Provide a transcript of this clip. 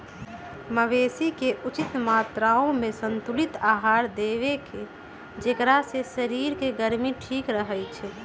मवेशी के उचित मत्रामें संतुलित आहार देबेकेँ जेकरा से शरीर के गर्मी ठीक रहै छइ